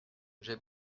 j’ai